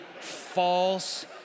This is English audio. false